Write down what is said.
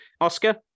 Oscar